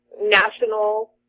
national